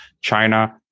China